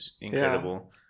incredible